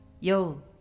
Yo